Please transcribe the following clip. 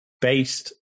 based